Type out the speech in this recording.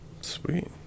Sweet